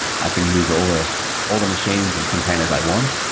i can use all the all the machines and containers i want.